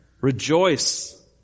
rejoice